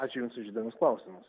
ačiū jums už įdomius klausimus